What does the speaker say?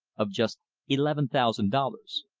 of just eleven thousand dollars.